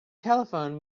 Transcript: telephoned